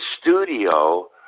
studio